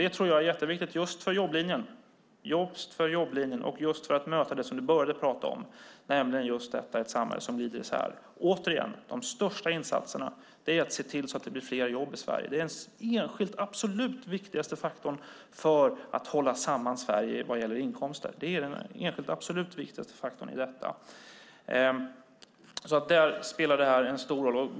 Det tror jag är jätteviktigt för jobblinjen och för att möta det som du började med att tala om, nämligen ett samhälle som glider isär. De största insatserna är återigen att se till att det blir fler jobb i Sverige. Det är den enskilt absolut viktigaste faktorn för att hålla samman Sverige vad gäller inkomster. Där spelar detta en stor roll.